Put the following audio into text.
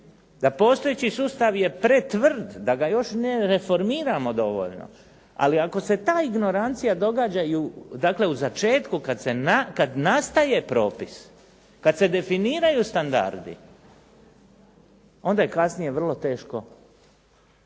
da postojeći sustav je pretvrd, da ga još ne reformiramo dovoljno. Ali ako se ta ignorancija događa i u dakle u začetku kada nastaje propis, kada se definiraju standardi, onda je kasnije vrlo teško